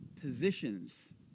positions